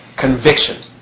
Conviction